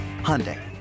Hyundai